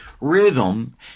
Rhythm